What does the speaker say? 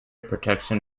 protection